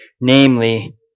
namely